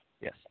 Yes